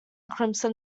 crimson